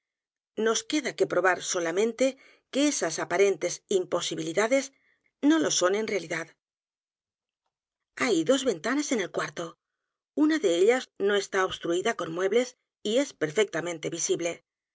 nos queda que probar solamente que esas aparentes imposibilidades no lo son en realidad hay dos ventanas en el cuarto una de ellas no está obstruida con muebles y es perfectamente visible